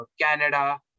canada